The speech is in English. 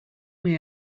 may